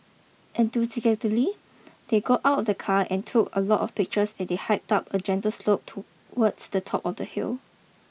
enthusiastically they got out the car and took a lot of pictures as they hiked up a gentle slope towards the top of the hill